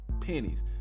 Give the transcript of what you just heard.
pennies